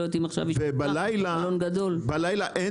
אני לא יודעת אם עכשיו היא שווקה.